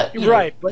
Right